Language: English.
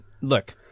look